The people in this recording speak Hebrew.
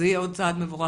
זה יהיה עוד צעד מבורך.